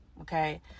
okay